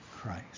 Christ